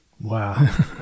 Wow